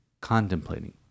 contemplating